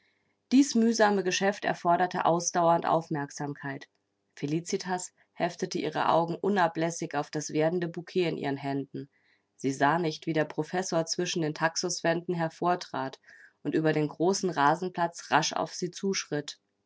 dies mühsame geschäft erforderte ausdauer und aufmerksamkeit felicitas heftete ihre augen unablässig auf das werdende bouquet in ihren händen sie sah nicht wie der professor zwischen den taxuswänden hervortrat und über den großen rasenplatz rasch auf sie zuschritt